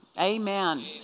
Amen